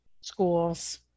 schools